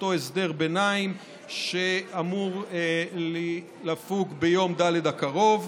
אותו הסדר ביניים שאמור לפוג ביום ד' הקרוב.